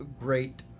great